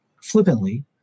flippantly